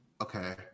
Okay